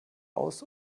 aus